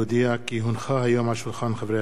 כי הונחה היום על שולחן הכנסת,